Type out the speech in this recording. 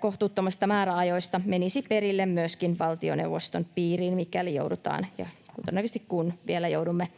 kohtuuttomista määräajoista menisi perille myöskin valtioneuvoston piiriin, mikäli joudutaan — ja todennäköisesti kun vielä joudumme —